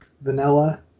vanilla